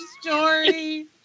story